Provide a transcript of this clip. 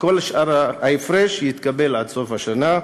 כל שאר ההפרש יתקבל עד סוף השנה.